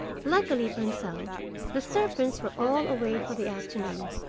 luckily for himself the serpents were all away for the afternoon,